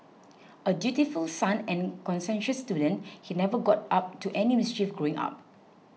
a dutiful son and conscientious student he never got up to any mischief growing up